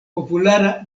populara